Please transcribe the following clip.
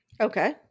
Okay